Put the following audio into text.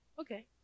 okay